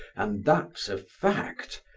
and that's a fact!